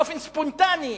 באופן ספונטני,